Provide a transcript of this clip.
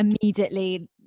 immediately